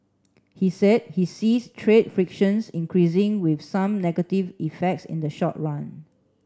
he said he sees trade frictions increasing with some negative effects in the short run